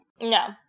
No